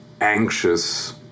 anxious